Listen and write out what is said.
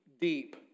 deep